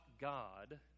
God